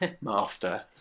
master